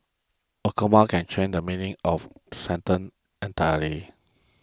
a comma can change the meaning of a sentence entirely